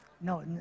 No